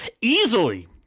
Easily